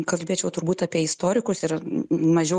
kalbėčiau turbūt apie istorikus ir mažiau